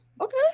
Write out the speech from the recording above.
Okay